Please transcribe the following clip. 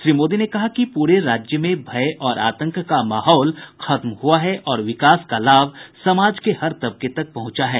श्री मोदी ने कहा कि पूरे राज्य में भय और आतंक का माहौल खत्म हुआ है और विकास का लाभ समाज के हर तबके तक पहुंचा है